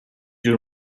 جور